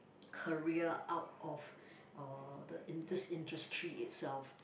career out of uh the this industry itself